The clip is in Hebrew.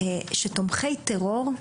שתומכי טרור,